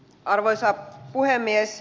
arvoisa puhemies